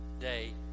day